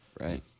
Right